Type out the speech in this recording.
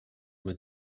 with